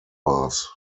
bars